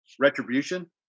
Retribution